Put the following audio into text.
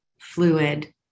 fluid